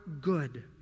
good